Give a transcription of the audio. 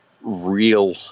real